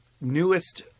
newest